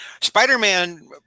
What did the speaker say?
Spider-Man